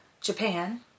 Japan